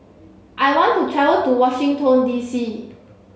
I want to travel to Washington D C